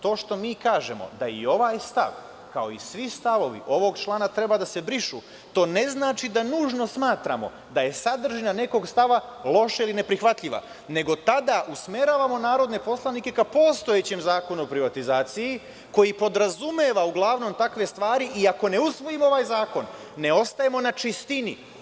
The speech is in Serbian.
To što mi kažemo da i ovaj stav kao i svi stavovi ovog člana treba da se brišu, to ne znači da nužno smatramo da je sadržina nekog stava loša ili neprihvatljiva, nego tada usmeravamo narodne poslanike ka postojećem Zakonu o privatizaciji koji podrazumeva uglavnom takve stvari, i ako ne usvojimo ovaj zakon ne ostajemo na čistini.